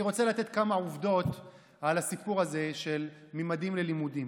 אני רוצה לתת כמה עובדות על הסיפור הזה של ממדים ללימודים.